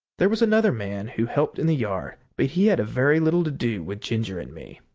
there was another man who helped in the yard, but he had very little to do with ginger and me.